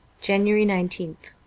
january nineteenth